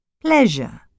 Pleasure